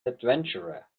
adventurer